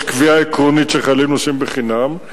יש קביעה עקרונית שחיילים נוסעים חינם,